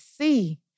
see